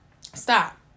Stop